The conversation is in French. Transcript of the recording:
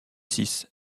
six